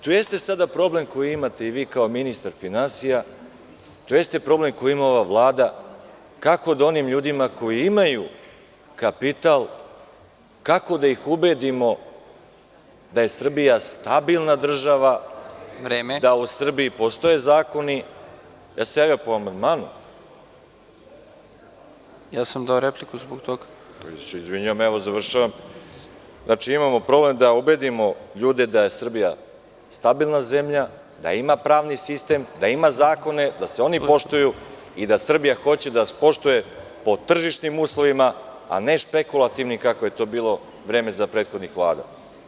To jeste sada problem koji imate i vi kao ministar finansija, to jeste problem koji ima ova Vlada, kako da onim ljudima koji imaju kapital, kako da ih ubedimo da je Srbija stabilna država, da u Srbiji postoje zakoni… (Predsednik: Vreme.) … ja sam se javio po amandmanu [[Predsednik: Ja sam vam dao repliku…]] izvinjavam se, znači imamo problem da ubedimo ljude da je Srbija stabilna zemlja, da ima pravni sistem, da ima zakone, da se oni poštuju i da Srbija hoće da posluje po tržišnim uslovima, a ne špekulativnim kako je to bilo za vreme prethodnih Vlada.